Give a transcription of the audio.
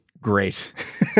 great